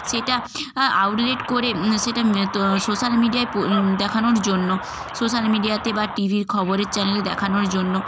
সেটা আউটলেট করে সেটা তো সোশ্যাল মিডিয়ায় দেখানোর জন্য সোশ্যাল মিডিয়াতে বা টি ভির খবরের চ্যানেলে দেখানোর জন্য